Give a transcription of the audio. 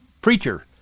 preacher